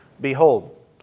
behold